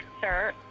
Sir